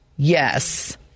Yes